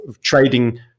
trading